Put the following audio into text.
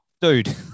Dude